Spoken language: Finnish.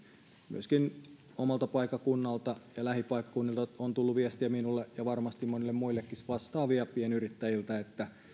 myöskin omalta paikkakunnaltani ja lähipaikkakunnilta on tullut viestiä minulle ja varmasti monille muillekin vastaavia pienyrittäjiltä että